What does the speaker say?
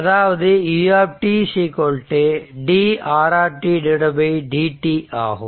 அதாவது u d r dt ஆகும்